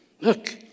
Look